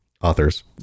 authors